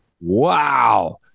Wow